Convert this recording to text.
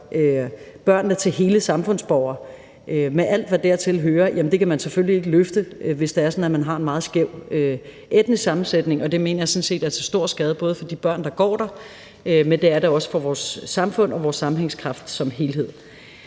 børnene til hele samfundsborgere med alt, hvad dertil hører, kan man selvfølgelig ikke løfte, hvis det er sådan, at man har en meget skæv etnisk sammensætning. Det mener jeg sådan set er til stor skade både for de børn, der går der, men også for vores samfund og vores sammenhængskraft som helhed.